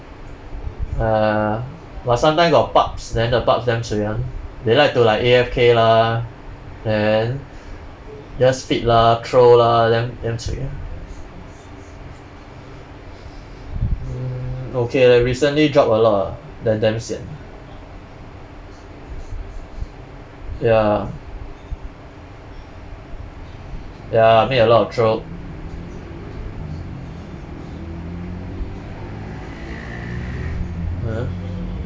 uh but sometimes got pubs then the pubs damn cui [one] they like to like A_F_K lah then just feed lah troll lah damn damn cui ah mm okay leh recently drop a lot ah then damn sian ya ya I meet a lot of troll